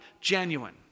genuine